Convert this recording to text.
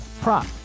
prop